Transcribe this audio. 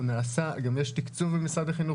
הוא נעשה, גם יש תקצוב במשרד החינוך.